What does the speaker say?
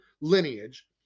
lineage